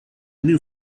new